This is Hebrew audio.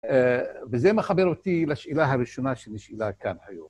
וזה מחבר אותי לשאלה הראשונה שנשאלה כאן היום.